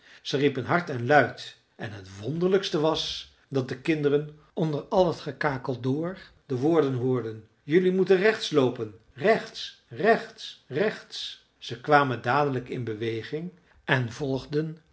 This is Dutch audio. ze riepen hard en luid en het wonderlijkste was dat de kinderen onder al t gekakel door de woorden hoorden jelui moet rechts loopen rechts rechts rechts ze kwamen dadelijk in beweging en volgden